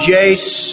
Jace